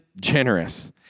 generous